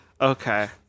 Okay